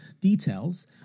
details